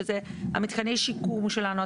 שאלו מתקני השיקום שלנו,